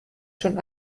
schon